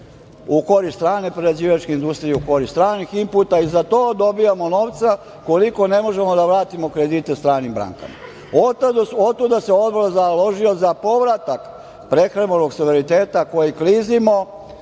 u korist strane prerađivačke industrije, u korist stranih imputa i za to dobijamo novca koliko ne možemo da vratimo kredite stranim bankama. Otuda se Odbor založio za povratak prehrambenog suvereniteta koji klizimo,